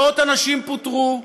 מאות אנשים פוטרו,